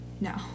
no